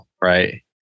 Right